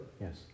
Yes